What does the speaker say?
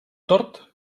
tort